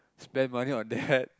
spend money on that